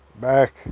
Back